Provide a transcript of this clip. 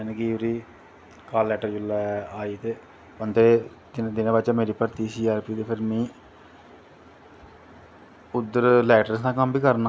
जानि जिसलै ओह्दी कॉल लैट्टर आई ते बंदे तिन्न तिनैं बाद भर्थी ही मेरी ते फिर में उध्दर इलैक्ट्रिशन दा कम्म बी करनां